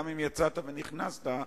גם אם יצאת ונכנסת,